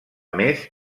més